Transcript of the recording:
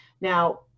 now